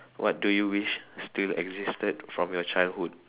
what do you wish still existed from your childhood